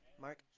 Mark